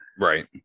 Right